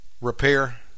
repair